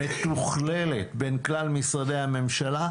מתוכללת בין כלל משרדי הממשלה,